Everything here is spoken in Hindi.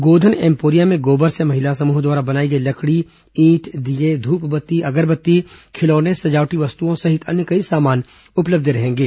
गोधन एम्पोरियम में गोबर से महिला समुहों द्वारा बनाई गई लकडी ईंट दीये धूप ब त्ती अगरब त्ती खिलौने सजावटी वस्तुओं सहित अन्य कई सामान उपलब्ध रहेंगे